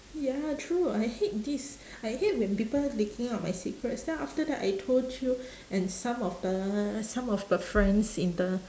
ya true I hate this I hate when people leaking out my secrets then after that I told you and some of the some of the friends in the